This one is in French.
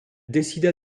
décida